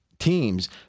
teams